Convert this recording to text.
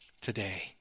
today